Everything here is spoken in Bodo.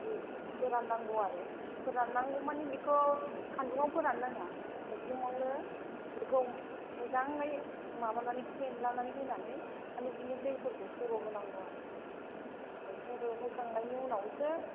फोरान नांगौ आरो फोरान नांगौ मानि बेखौ सानदुङाव फोरान नाङा साइख्लोम आवनो बेखौ मोजाङै माबानानै फेनलानानै होनानै मानि बिनि दैफोरखौ सर' होनांगौ आरो सर' होखांनायनि उनावसो